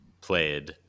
played